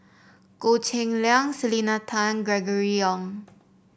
Goh Cheng Liang Selena Tan Gregory Yong